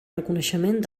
reconeixement